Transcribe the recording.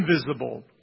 invisible